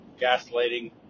Gaslighting